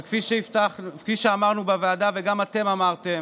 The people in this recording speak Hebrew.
וכפי שאמרנו בוועדה וגם אתם אמרתם,